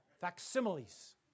Facsimiles